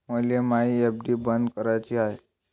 मले मायी एफ.डी बंद कराची हाय